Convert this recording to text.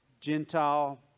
Gentile